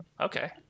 Okay